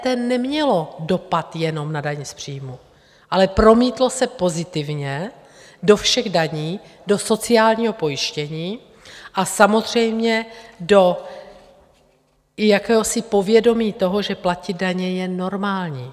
EET nemělo dopad jenom na dani z příjmu, ale promítlo se pozitivně do všech daní, do sociálního pojištění a samozřejmě do jakési povědomí toho, že platit daně je normální.